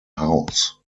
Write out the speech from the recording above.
house